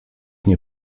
nie